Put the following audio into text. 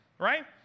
right